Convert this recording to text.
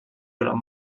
durant